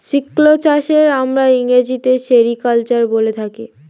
silk চাষকে আমরা ইংরেজিতে সেরিকালচার বলে থাকি